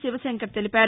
శివశంకర్ తెలిపారు